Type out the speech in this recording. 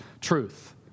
truth